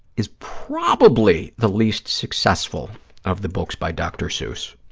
is probably the least successful of the books by dr. seuss.